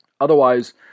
Otherwise